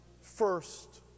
first